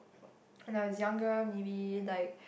when I was younger maybe like